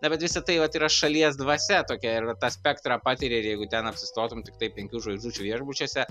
na bet visa tai vat yra šalies dvasia tokia ir tą spektrą patiri ir jeigu ten atsistotum tiktai penkių žvaigždučių viešbučiuose